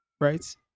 right